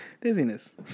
Dizziness